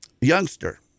youngster